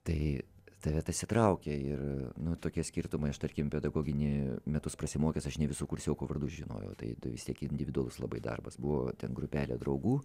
tai tave tas įtraukia ir nu tokie skirtumai aš tarkim pedagoginy metus prasimokęs aš ne visų kursiokų vardus žinojau tai tu vis tiek individualus labai darbas buvo ten grupelė draugų